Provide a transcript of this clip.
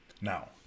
Now